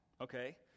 okay